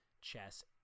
chess